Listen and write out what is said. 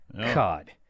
God